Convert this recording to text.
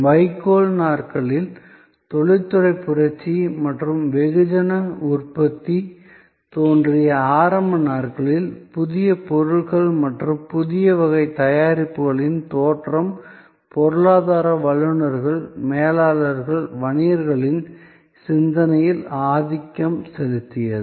வைக்கோல் நாட்களில் தொழில்துறை புரட்சி மற்றும் வெகுஜன உற்பத்தி தோன்றிய ஆரம்ப நாட்களில் புதிய பொருட்கள் மற்றும் புதிய வகை தயாரிப்புகளின் தோற்றம் பொருளாதார வல்லுநர்கள் மேலாளர்கள் வணிகர்களின் சிந்தனையில் ஆதிக்கம் செலுத்தியது